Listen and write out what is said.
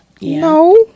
no